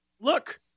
Look